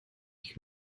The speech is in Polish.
ich